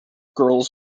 girls